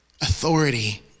authority